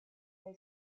they